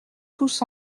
tous